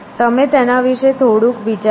તમે તેના વિશે થોડુંક વિચારો